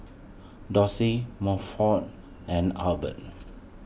Doshie Milford and Hubert